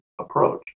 approach